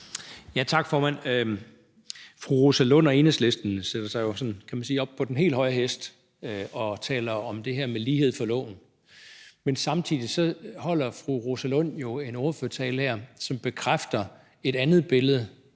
Tak, formand. Fru Rosa Lund og Enhedslisten sætter sig jo, kan man sige, op på den helt høje hest og taler om det her med lighed for loven. Men samtidig holder fru Rosa Lund en ordførertale her, som bekræfter et andet billede,